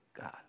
God